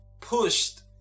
pushed